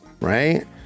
Right